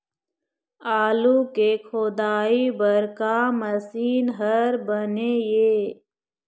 आलू के खोदाई बर का मशीन हर बने ये?